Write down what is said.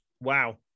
wow